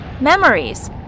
Memories